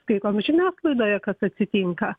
skaitom žiniasklaidoje kad atsitinka